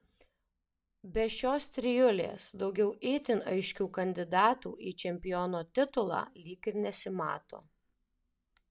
be šios trijulės daugiau itin aiškių kandidatų į čempiono titulą lyg ir nesimato